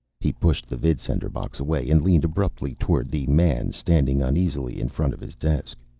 he pushed the vidsender box away and leaned abruptly toward the man standing uneasily in front of his desk.